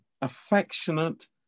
affectionate